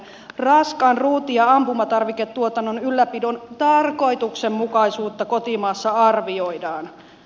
raskaan ruuti ja ampumatarviketuotannon ylläpidon tarkoituksenmukaisuutta kotimaassa arvioidaan